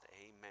Amen